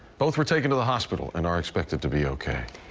both were taken to the hospital and are expected to be okay.